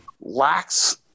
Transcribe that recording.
lacks